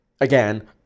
again